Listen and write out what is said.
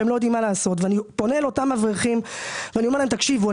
ואומר לאותם אברכים: "תקשיבו,